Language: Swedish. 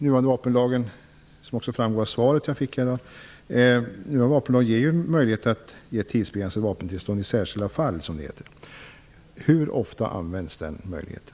Nuvarande vapenlagen ger, som också framgår av svaret, möjlighet till tidsbegränsat vapentillstånd i särskilda fall, som det heter. Hur ofta används den möjligheten?